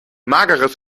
mageres